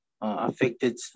affected